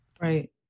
right